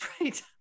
Right